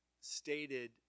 stated